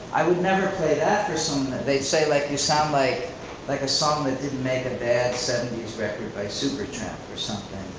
i would never play that for someone. they'd say like you sound like like a song that didn't make a bad seventy s record, right supertramp or something.